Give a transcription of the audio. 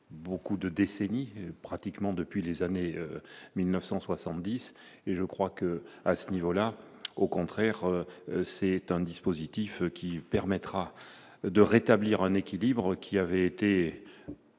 Beaucoup de décennies pratiquement depuis les années 1970 et je crois que, à ce niveau-là, au contraire, c'est un dispositif qui permettra de rétablir un équilibre qui avait été